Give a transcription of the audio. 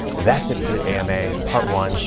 that's it for the ama part one.